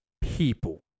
people